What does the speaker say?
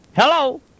Hello